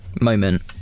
moment